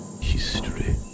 history